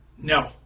No